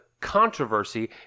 controversy